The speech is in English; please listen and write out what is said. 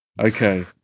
Okay